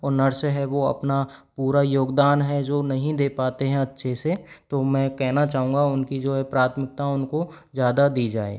और नर्स है वो अपना पूरा योगदान है जो नहीं दे पाते हैं अच्छे से तो मैं कहना चाहूँगा उनकी जो प्राथमिकता उनको ज़्यादा दी जाए